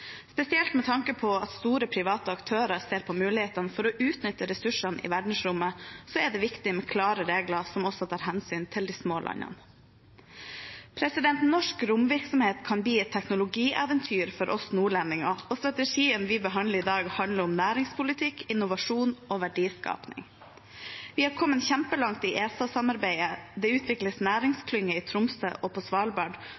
Spesielt med tanke på at store private aktører ser på mulighetene for å utnytte ressursene i verdensrommet, er det viktig med klare regler som også tar hensyn til de små landene. Norsk romvirksomhet kan bli et teknologieventyr for oss nordlendinger, og strategien vi behandler i dag, handler om næringspolitikk, innovasjon og verdiskaping. Vi er kommet kjempelangt i ESA-samarbeidet, det utvikles